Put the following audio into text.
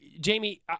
Jamie